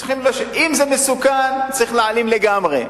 אם זה מסוכן, צריך להעלים לגמרי.